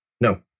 No